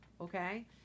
okay